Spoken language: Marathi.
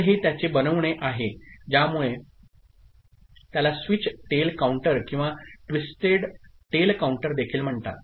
तर हे त्याचे बनविणे आहे ज्यामुळे त्याला स्विच टेल काउंटर किंवा ट्विस्टेड टेल काउंटर देखील म्हणतात